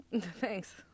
Thanks